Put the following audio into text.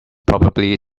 probably